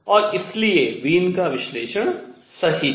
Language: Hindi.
और इसलिए वीन का विश्लेषण सही था